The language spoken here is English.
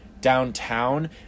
downtown